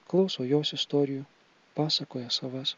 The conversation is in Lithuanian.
klauso jos istorijų pasakoja savas